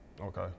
okay